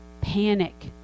Panic